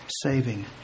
saving